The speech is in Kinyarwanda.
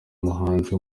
umuhanzi